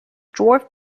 dwarf